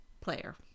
player